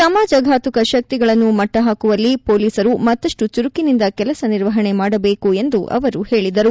ಸಮಾಜಘಾತಕ ಶಕ್ತಿಗಳನ್ನು ಮಟ್ಟಹಾಕುವಲ್ಲಿ ಶೊಲೀಸರು ಮತ್ತಷ್ಟು ಚುರುಕಿನಿಂದ ಕೆಲಸ ನಿರ್ವಹಣೆ ಮಾಡಬೇಕು ಎಂದು ಅವರು ಹೇಳದರು